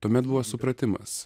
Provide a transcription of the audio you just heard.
tuomet buvo supratimas